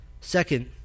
Second